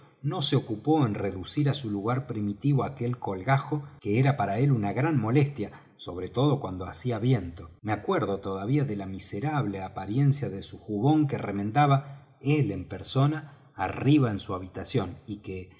no se ocupó de reducir á su lugar primitivo aquel colgajo que era para él una gran molestia sobre todo cuando hacía viento me acuerdo todavía de la miserable apariencia de su jubón que remendaba él en persona arriba en su habitación y que